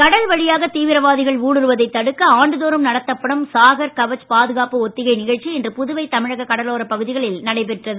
கடல் வழியாக தீவிரவாதிகள் ஊடுருவுவதை தடுக்க ஆண்டுதோறும் நடத்தப்படும் சாகர் கவச் பாதுகாப்பு ஒத்திகை நிகழ்ச்சி இன்று புதுவை தமிழக கடலோரப் பகுதிகளில் நடைபெறுகிறது